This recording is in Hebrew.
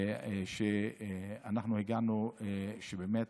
שהגענו לכך שאנחנו